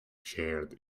shared